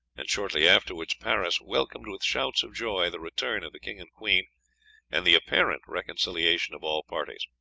and shortly afterwards paris welcomed with shouts of joy the return of the king and queen and the apparent reconciliation of all parties.